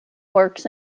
works